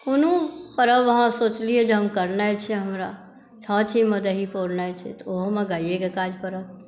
कोनो पर्व अहाँ सोचलियै जे हम करनाइ छै हमरा छाँछीमे दही पौरनाइ छै तऽ ओहोमे गायेक काज पड़त